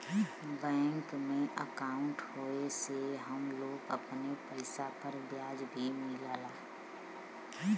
bank में अंकाउट होये से हम लोग अपने पइसा पर ब्याज भी मिलला